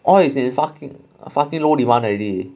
oil is in fucking fucking low demand already